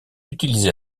utilisée